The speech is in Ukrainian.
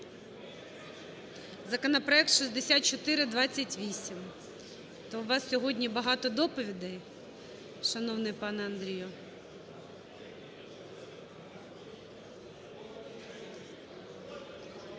законопроект 6428. То у вас сьогодні багато доповідей, шановний пане Андрію?